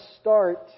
start